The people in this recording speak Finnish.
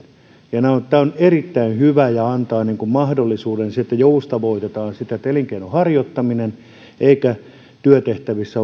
tämä on erittäin hyvä ja antaa mahdollisuuden että joustavoitetaan sitä ettei elinkeinon harjoittaminen tai työtehtävissä